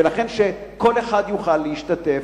וכל אחד יוכל להשתתף.